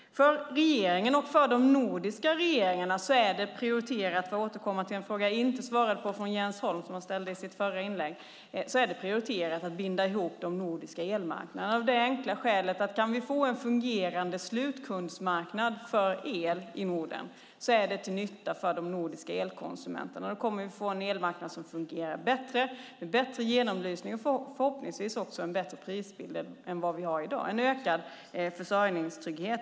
Jag återkommer till en fråga från Jens Holm i hans förra inlägg som jag inte svarade på. För regeringen och för de nordiska regeringarna är det prioriterat att binda ihop de nordiska elmarknaderna. Om vi kan få en fungerande slutkundsmarknad för el i Norden är det till nytta för de nordiska elkonsumenterna. Då får vi en bättre fungerande elmarknad, en bättre genomlysning och förhoppningsvis en bättre prisbild än i dag, det vill säga en ökad försörjningstrygghet.